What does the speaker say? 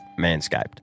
Manscaped